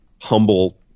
humble